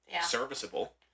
serviceable